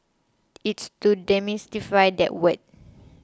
it's to demystify that word